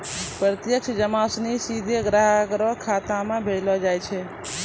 प्रत्यक्ष जमा सिनी सीधे ग्राहक रो खातो म भेजलो जाय छै